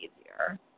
easier